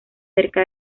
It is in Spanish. cerca